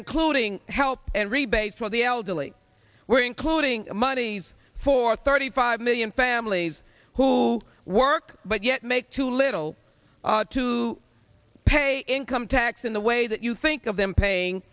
including help and rebates for the elderly we're including monies for thirty five million families who work but yet make too little to pay income tax in the way that you think of them saying